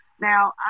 Now